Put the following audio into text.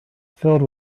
filled